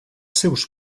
seus